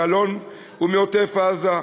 ואלון הוא מעוטף-עזה,